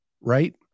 Right